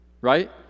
right